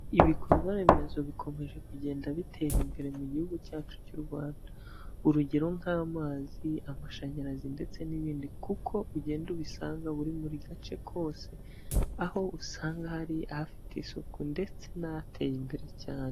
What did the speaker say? Ibikorwaremezo bikomeje kugenda bitera imbere mu gihugu cyacu cy'u Rwanda. Urugero nk'amazi, amashanyarazi ndetse n'ibindi kuko ugenda ubisanga muri buri gace kose, aho usanga hari afite isuku ndetse n'ateye imbere cyane.